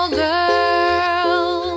girl